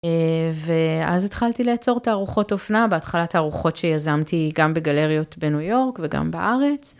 ואז התחלתי לאצור תערוכות אופנה, בהתחלה תערוכות שיזמתי גם בגלריות בניו יורק וגם בארץ...